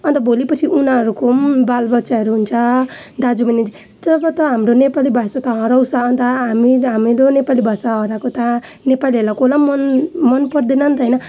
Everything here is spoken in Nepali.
अन्त भोलि पर्सि उनीहरूको बालबच्चाहरू हुन्छ दाजु बहिनी तब त हाम्रो नेपाली भाषा त हराउँछ अन्त हामी हामीहरू नेपाली भाषा हराएको त नेपालीहरूलाई कसलाई मन मन पर्दैन नित होइन